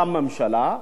תוקם ממשלה,